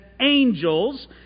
angels